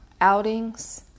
outings